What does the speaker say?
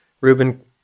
Ruben